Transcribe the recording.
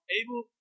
able